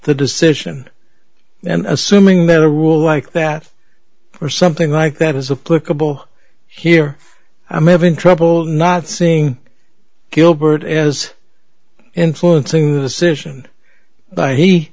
the decision and assuming that a rule like that or something like that is a political here i'm having trouble not seeing gilbert as influencing the decision